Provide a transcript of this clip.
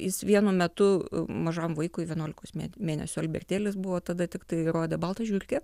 jis vienu metu mažam vaikui vienuolikos mėnesių albertėlis buvo tada tiktai rodė baltą žiurkę